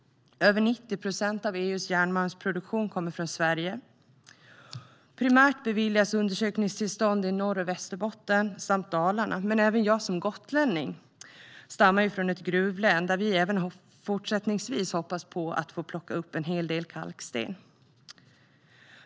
Över 90 procent av EU:s järnmalmsproduktion kommer från Sverige. Primärt beviljas undersökningstillstånd i Norr och Västerbotten samt Dalarna. Men även jag som gotlänning stammar från ett gruvlän, där vi även fortsättningsvis hoppas få plocka upp en hel del kalksten.